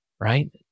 right